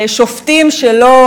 שופטים שלא